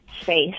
Space